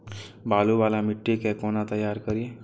बालू वाला मिट्टी के कोना तैयार करी?